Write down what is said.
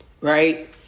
Right